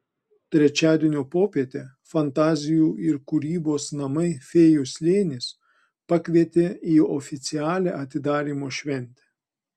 trečiadienio popietę fantazijų ir kūrybos namai fėjų slėnis pakvietė į oficialią atidarymo šventę